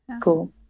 cool